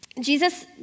Jesus